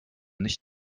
nicht